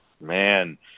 man